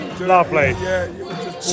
lovely